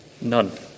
None